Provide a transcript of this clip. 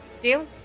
Deal